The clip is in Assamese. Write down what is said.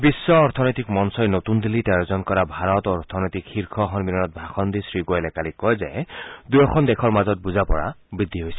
বিশ্ব অৰ্থনৈতিক মঞ্চই নতুন দিল্লীত আয়োজন কৰা ভাৰত অৰ্থনৈতিক শীৰ্ষ সন্মিলনত ভাষণ দি শ্ৰীগোৰেলে কালি কয় যে দুয়োখন দেশৰ মাজত বুজা পৰা বৃদ্ধি পাইছে